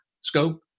scope